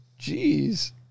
Jeez